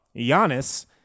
Giannis